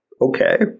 okay